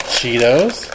Cheetos